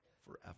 forever